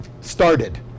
started